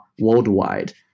worldwide